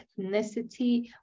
ethnicity